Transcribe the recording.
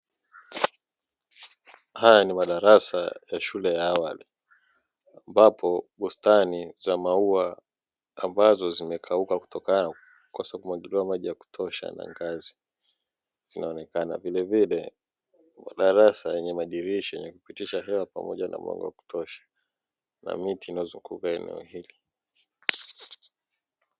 Haya ni madarasa ya shule za awali ambapo bustani za maua ambazo zimekauka kutokana na kukosa kumwagiliwa maji ya kutosha na ngazi inaonekana. Vilevile madarasa yenye madirisha yenye kupitisha hewa pamoja na mwanga wa kutosha na miti inayozunguka eneo hili.